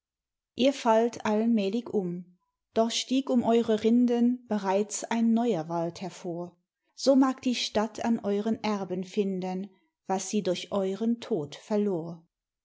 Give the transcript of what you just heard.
ihr fallt allmälig um doch stieg um eure rinden bereits ein neuer wald hervor so mag die stadt an euren erben finden was sie durch euren tod verlor